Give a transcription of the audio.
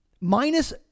minus